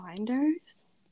binders